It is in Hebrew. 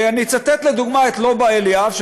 אני אצטט לדוגמה את לובה אליאב,